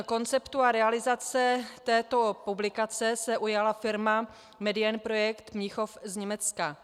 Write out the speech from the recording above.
Konceptu a realizace této publikace se ujala firma Medienprojekte Mnichov z Německa.